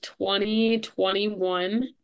2021